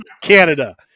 Canada